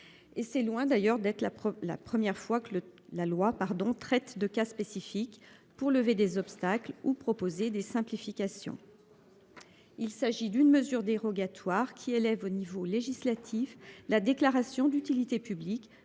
c'est loin d'ailleurs d'être là pour la première fois que le la loi par dont traite de cas spécifique. Pour lever des obstacles ou proposer des simplifications. Il s'agit d'une mesure dérogatoire qui élève au niveau législatif, la déclaration d'utilité publique